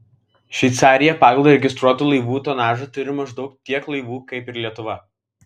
šveicarija pagal registruotų laivų tonažą turi maždaug tiek laivų kaip ir lietuva